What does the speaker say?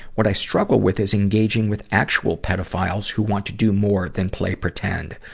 what i struggle with is engaging with actual pedophile who want to do more than play pretend.